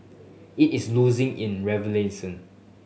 it is losing in relevance